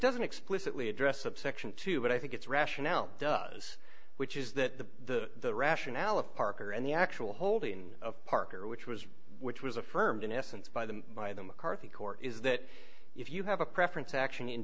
doesn't explicitly address subsection two but i think it's rationale does which is that the rationale of parker and the actual holding of parker which was which was affirmed in essence by the by the mccarthy court is that if you have a preference action in